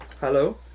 Hello